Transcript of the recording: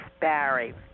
Barry